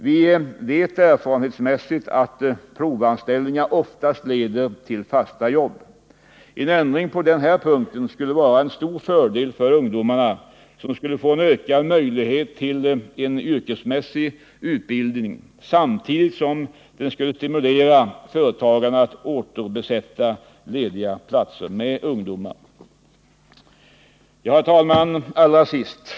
Vi vet erfarenhetsmässigt att provanställningar oftast leder till fasta jobb. En ändring på denna punkt vore till stor fördel för ungdomarna, som skulle få ökade möjligheter till yrkesmässig utbildning, samtidigt som företagarna skulle stimuleras att återbesätta lediga platser med ungdomar. Herr talman!